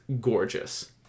gorgeous